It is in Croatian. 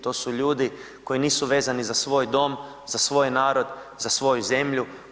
To su ljudi koji nisu vezani za svoj dom, za svoj narod, za svoju zemlju.